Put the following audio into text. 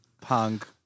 punk